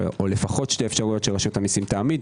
או לפחות שתי אפשרויות שרשות המיסים תעמיד.